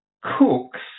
cooks